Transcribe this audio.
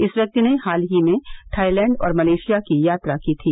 इस व्यक्ति ने हाल ही में थाईलैंड और मलेशिया की यात्रा की थी